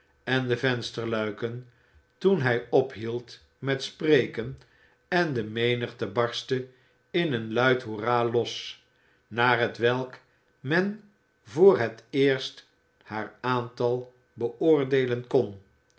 en de vensterluiken toen hy ophield met spreken en de menigte barstte in een luid hoerah los naar hetwelk men voor het eerst haar aantal beoordeelen kon